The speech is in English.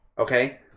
okay